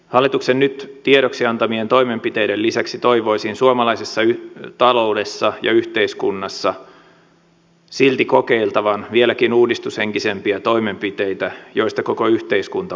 hallituksen nyt tiedoksi antamien toimenpiteiden lisäksi toivoisin suomalaisessa taloudessa ja yhteiskunnassa silti kokeiltavan vieläkin uudistushenkisempiä toimenpiteitä joista koko yhteiskunta voisi hyötyä